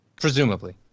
Presumably